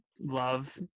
love